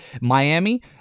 Miami